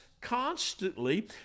constantly